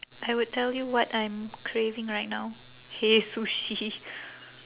I would tell you what I'm craving right now hei sushi